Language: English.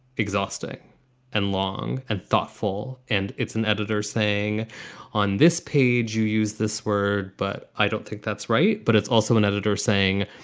exhausting and long and thoughtful. and it's an editor's thing on this page. you use this word, but i don't think that's right. but it's also an editor saying,